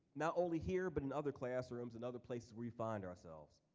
not only here but in other classrooms and other places where we find ourselves.